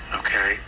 okay